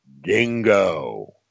dingo